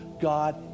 God